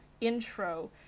intro